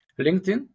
LinkedIn